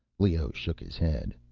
leoh shook his head.